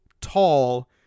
tall